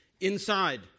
inside